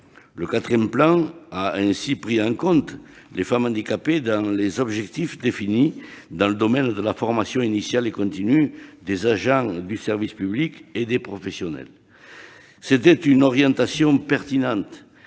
Le quatrième plan a ainsi pris en compte les femmes handicapées dans les objectifs définis dans le domaine de la formation initiale et continue des agents du service public et des professionnels. C'était une orientation pertinente,